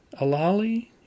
Alali